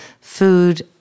Food